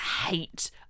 hate